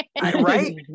right